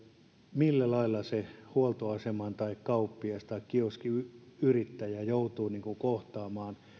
millä lailla se huoltoaseman yrittäjä tai kauppias tai kioskiyrittäjä joutuu kohtaamaan